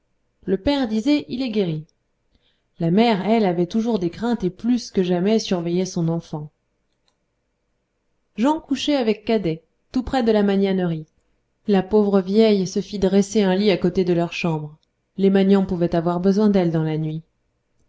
le père disait il est guéri la mère elle avait toujours des craintes et plus que jamais surveillait son enfant jan couchait avec cadet tout près de la magnanerie la pauvre vieille se fit dresser un lit à côté de leur chambre les magnans pouvaient avoir besoin d'elle dans la nuit